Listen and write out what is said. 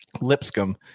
Lipscomb